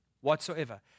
whatsoever